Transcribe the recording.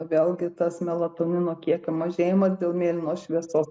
vėlgi tas melatonino kiekio mažėjimas dėl mėlynos šviesos